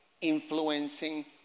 influencing